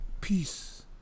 Peace